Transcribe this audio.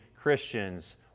Christians